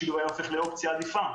השילוב היה הופך לאופציה עדיפה.